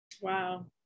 Wow